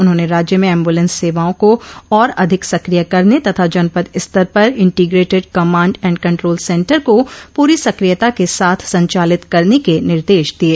उन्होंने राज्य में ऐम्ब्रलेस सेवाओं को और अधिक सक्रिय करने तथा जनपद स्तर पर integrated command and control centre को पूरी सक्रियता के साथ संचालित करने के निर्देश दिये